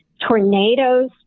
Tornadoes